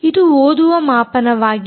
ಇದು ಓದುವ ಮಾಪನವಾಗಿದೆ